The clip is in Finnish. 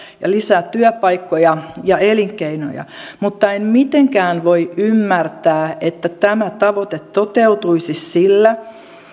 ja lisää työpaikkoja ja elinkeinoja mutta en mitenkään voi ymmärtää että tämä tavoite toteutuisi sillä